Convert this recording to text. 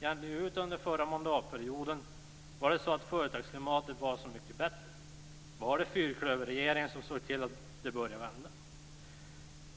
egentligen ut under den förra mandatperioden? Var företagsklimatet då så mycket bättre? Var det fyrklöverregeringen som såg till att det började vända?